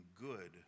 good